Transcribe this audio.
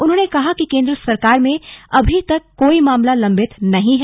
उन्होंने कहा कि केन्द्र सरकार में अभी तक कोई मामला लम्बित नहीं है